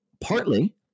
partly